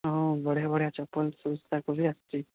ହଁ ବଢ଼ିଆ ବଢ଼ିଆ ଚପଲ ସୁଜ୍ ଯାକ ବି ଆସିଛି